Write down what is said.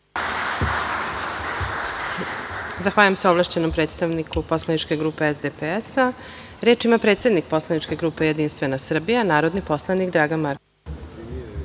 Zahvaljujem se ovlašćenom predstavniku poslaničke grupe SDPS.Reč ima predsednik poslaničke grupe JS, narodni poslanik Dragan Marković